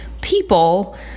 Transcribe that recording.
people